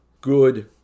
good